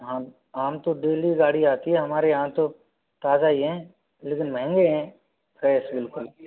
आम आम की डेली गाड़ी आती है हमारे यहाँ तो ताज़ा ही हैं लेकिन महँगे हैं फ्रेश बिल्कुल